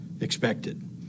expected